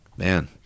man